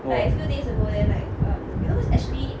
oh